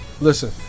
Listen